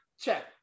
check